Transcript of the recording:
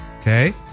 Okay